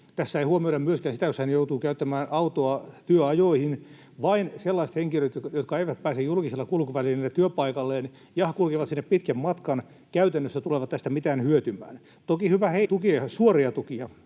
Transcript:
Tässä ei huomioida myöskään sitä, jos hän joutuu käyttämään autoa työajoihin. Vain sellaiset henkilöt, jotka eivät pääse julkisilla kulkuvälineillä työpaikalleen ja kulkevat sinne pitkän matkan, käytännössä tulevat tästä mitään hyötymään — toki hyvä heille — mutta